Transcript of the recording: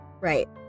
Right